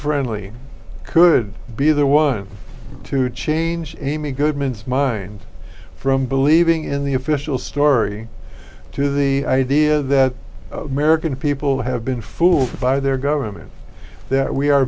friendly could could be the one to change amy goodman mind from believing in the official story to the idea that american people have been fooled by their government that we are